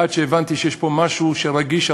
עד שהבנתי שיש פה משהו רגיש,